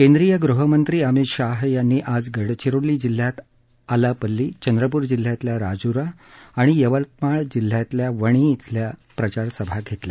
केंद्रीय गृहमंत्री अमित शाह यांनी आज गडचिरोली जिल्ह्यात आलापल्ली चंद्रपुर जिल्ह्यातल्या राजूरा आणि यवतमाळ जिल्ह्यातल्या वणी घेतल्या